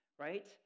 Right